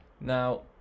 now